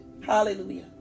Hallelujah